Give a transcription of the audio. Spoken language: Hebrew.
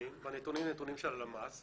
הנתונים הם נתונים של הלמ"ס,